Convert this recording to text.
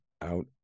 out